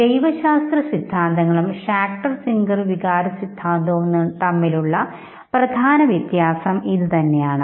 ജൈവശാസ്ത്ര സിദ്ധാന്തങ്ങളും Schachter Singer വികാര സിദ്ധാന്തവും തമ്മിലുള്ള പ്രധാന വ്യത്യാസം ആയി കരുതാം